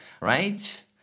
right